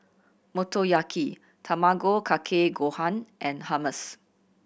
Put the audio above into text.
Motoyaki Tamago Kake Gohan and Hummus